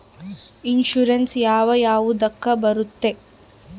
Insurance ಯಾವ ಯಾವುದಕ್ಕ ಬರುತ್ತೆ?